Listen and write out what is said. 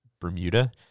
Bermuda